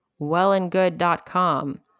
wellandgood.com